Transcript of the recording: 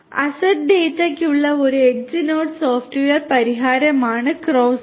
asset ഡാറ്റയ്ക്കുള്ള ഒരു edge node software പരിഹാരമാണ് ക്രോസർ